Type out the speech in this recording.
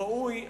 ראוי,